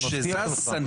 אני מבטיח לך.